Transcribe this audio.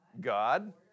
God